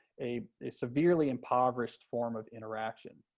a a severely impoverished form of interaction.